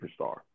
superstar